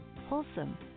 wholesome